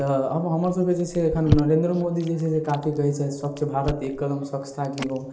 तऽ अब हमरसबके जे छै एखन नरेन्द्र मोदी जे छै से काफी कहय छै स्वच्छ भारत एक कदम स्वच्छता कि ओर